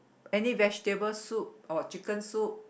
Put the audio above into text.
any vegetable soup or chicken soup